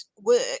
work